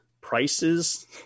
prices